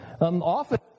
Often